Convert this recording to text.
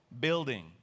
building